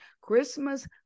Christmas